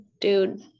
dude